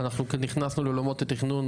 אנחנו נכנסנו לעולמות התכנון,